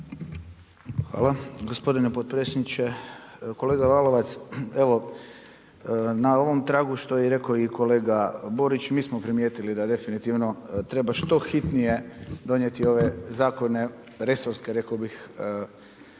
Hvala gospodine potpredsjedniče. Kolega Lalovac evo na ovom tragu što je i rekao kolega Borić, mi smo primijetili da definitivno treba što hitnije, donijeti ove zakone resorske, rekao bih,